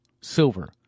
silver